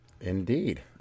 Indeed